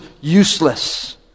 useless